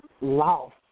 Lost